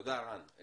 תודה, רן.